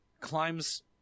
climbs